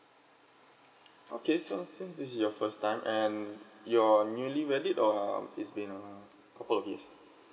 okay so since this is your first time and you're newly wedded or um is been a couple of years